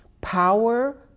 power